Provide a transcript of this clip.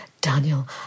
Daniel